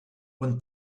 when